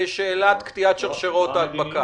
בשאלת קטיעת שרשראות ההדבקה.